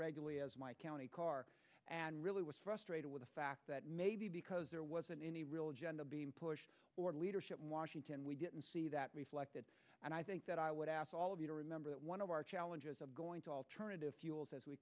regularly as my county car and really was frustrated with the fact that maybe because there wasn't any real agenda being pushed or leadership in washington we didn't see that reflected and i think that i would ask all of you to remember that one of our challenges of going to alternative fuels as we